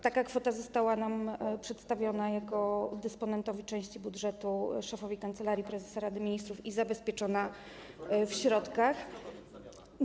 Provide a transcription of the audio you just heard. Taka kwota została przedstawiona nam, jako dysponentowi części budżetu, szefowi Kancelarii Prezesa Rady Ministrów i zabezpieczona w środkach.